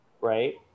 right